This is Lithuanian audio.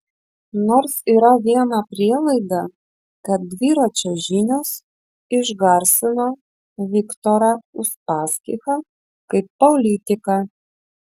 nors yra viena prielaida kad dviračio žinios išgarsino viktorą uspaskichą kaip politiką